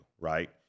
right